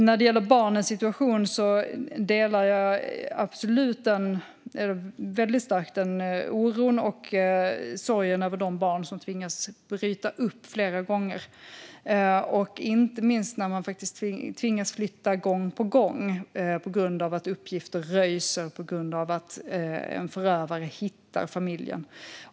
När det gäller barnens situation delar jag absolut väldigt starkt oron och sorgen över de barn som tvingas bryta upp flera gånger, inte minst när man tvingas flytta gång på gång på grund av att uppgifter röjs och på grund av att förövaren hittar familjen.